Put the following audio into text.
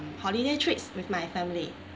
holiday trips with my family